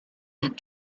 and